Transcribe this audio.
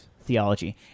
theology